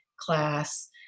class